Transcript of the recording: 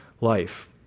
life